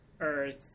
Earth